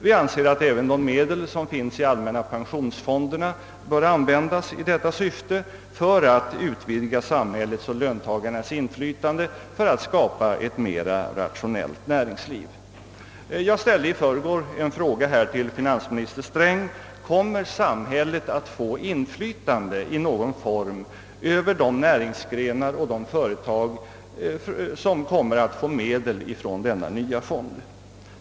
Vi anser att även de medel som finns i de allmänna pensionsfonderna bör användas i detta syfte för att utvidga samhällets och löntagarnas inflytande och för att skapa ett mera rationellt näringsliv. Jag ställde i förgår en fråga till finansminister Sträng. Jag frågade om samhället kommer att få inflytande i någon form över de näringsgrenar och företag som kommer att få medel från denna nya fond.